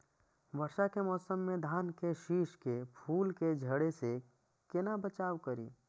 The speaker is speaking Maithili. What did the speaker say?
वर्षा के मौसम में धान के शिश के फुल के झड़े से केना बचाव करी?